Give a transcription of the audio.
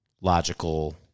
logical